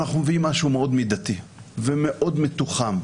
אנחנו מביאים משהו מאוד מידתי ומאוד מתוחם.